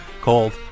called